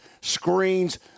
screens